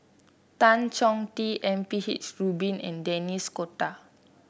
Tan Chong Tee M P H Rubin and Denis D'Cotta